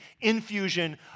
infusion